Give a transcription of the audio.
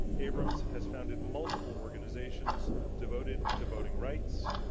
abrams has founded multiple organizations devoted to voting rights,